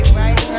right